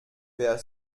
wer